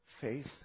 faith